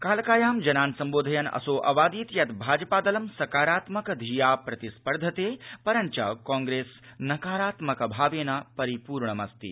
कालकायां जनान् सम्बोधयन् असौ अवादीत् यत् भाजपा दलं सकारात्मक धिया प्रतिस्पर्धते परञ्च कांप्रेस् नकारात्मक भावेन परिपूर्णमस्ति